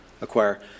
acquire